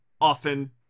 often